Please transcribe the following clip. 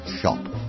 shop